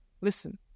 Listen